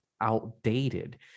outdated